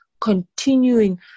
continuing